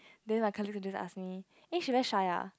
then my colleagues would just ask me eh she very shy ah